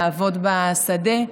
לעבוד בשדה,